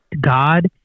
God